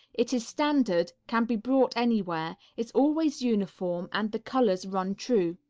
it is standard, can be bought anywhere, is always uniform and the colors run true.